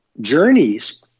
journeys